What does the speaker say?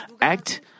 act